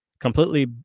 completely